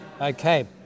Okay